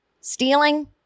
Stealing